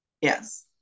Yes